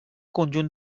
conjunt